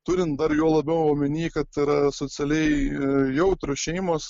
turint dar juo labiau omeny kad yra socialiai jautrų šeimos